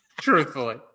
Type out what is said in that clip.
Truthfully